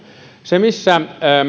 se missä me